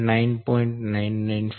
995 19